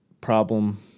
problem